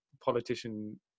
politician